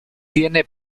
tiene